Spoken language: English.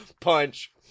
Punch